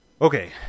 Okay